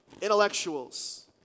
intellectuals